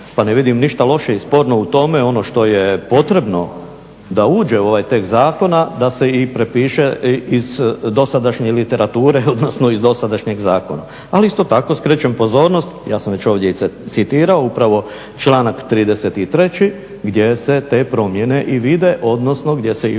Pa ne vidim ništa loše i sporno u tome, ono što je potrebno da uđe u ovaj tekst zakona da se i prepiše iz dosadašnje literature odnosno iz dosadašnjeg zakona. Ali isto tako skrećem pozornost, ja sam već ovdje i citirao upravo članak 33.gdje se te promjene i vide odnosno gdje se i